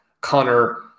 Connor